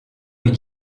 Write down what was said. est